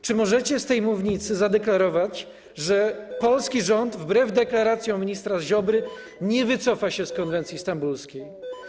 Czy możecie z tej mównicy zadeklarować, że polski rząd wbrew deklaracjom ministra Ziobry nie wycofa się z konwencji stambulskiej?